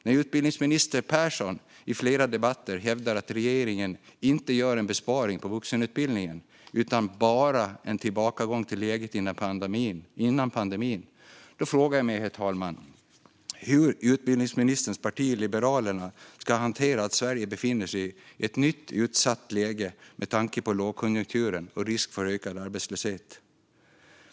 När utbildningsminister Persson i flera debatter hävdar att regeringen inte gör en besparing på vuxenutbildningen utan "bara" en tillbakagång till läget före pandemin frågar jag mig hur utbildningsministerns parti Liberalerna ska hantera att Sverige befinner sig i ett nytt utsatt läge med tanke på lågkonjunkturen och risken för ökad arbetslöshet.